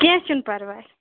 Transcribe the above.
کیٚنٛہہ چھُنہٕ پَرواے